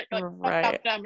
Right